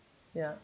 ya